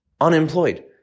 unemployed